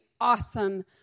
awesome